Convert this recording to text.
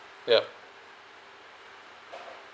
yup